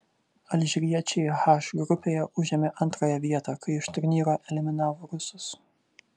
alžyriečiai h grupėje užėmė antrąją vietą kai iš turnyro eliminavo rusus